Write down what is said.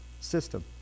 system